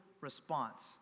response